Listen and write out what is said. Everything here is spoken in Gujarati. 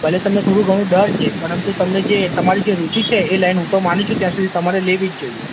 ભલે તમને થોડુ ઘણું ડર છે પરંતુ તમને જે તમારી જે રૂચિ છે એ લાઈન હું તો માનું છું ત્યાં સુધી તમારે લેવી જ જોઈએ